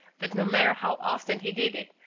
but no matter how often he did it,